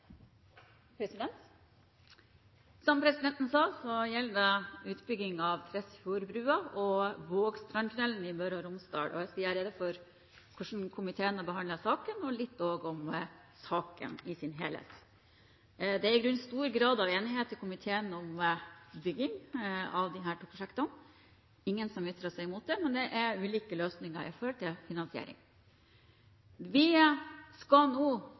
presidenten sa, gjelder det utbyggingen av Tresfjordbrua og Vågstrandstunnelen i Møre og Romsdal. Jeg skal gjøre rede for hvordan komiteen har behandlet saken og også litt om saken i sin helhet. Det er i grunnen stor grad av enighet i komiteen om bygging av disse to prosjektene, det er ingen som ytrer seg mot dem, men det er ulike løsninger når det gjelder finansiering. Vi skal nå